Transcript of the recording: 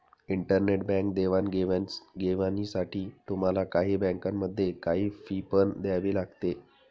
internet bank देवाणघेवाणीसाठी तुम्हाला काही बँकांमध्ये, काही फी पण द्यावी लागते